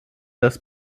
das